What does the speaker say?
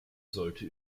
sollte